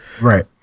Right